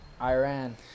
Iran